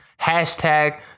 Hashtag